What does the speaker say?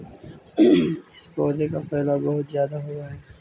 इस पौधे का फैलाव बहुत ज्यादा होवअ हई